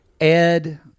Ed